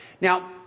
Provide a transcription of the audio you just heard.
Now